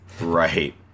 right